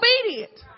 obedient